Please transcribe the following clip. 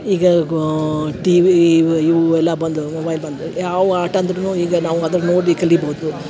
ಈಗ ಗೋ ಟಿವಿ ಇವು ಇವು ಎಲ್ಲ ಬಂದು ಮೊಬೈಲ್ ಬಂದು ಯಾವ ಆಟ ಅಂದ್ರುನು ಈಗ ನಾವು ಅದನ್ನ ನೋಡಿ ಕಲಿಬೌದು